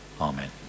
Amen